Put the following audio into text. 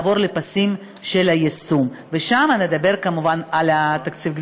לעבור לפסים של יישום, ושם נדבר כמובן על התקציב.